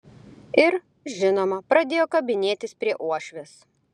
ir žinoma pradėjo kabinėtis prie uošvės